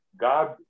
god